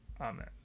Amen